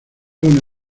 con